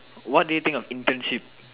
what do you think of internship